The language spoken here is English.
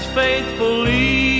faithfully